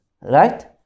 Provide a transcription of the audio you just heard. right